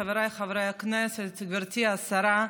חבריי חברי הכנסת, גברתי השרה,